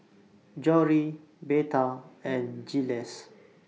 Jory Betha and Jiles